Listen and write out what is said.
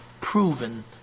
proven